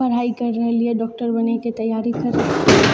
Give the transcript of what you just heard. पढ़ाइ करि रहलियै डॉक्टर बनैके तैयारी करि रहलियै